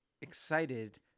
excited